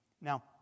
Now